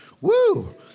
Woo